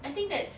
I think that's